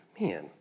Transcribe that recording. Man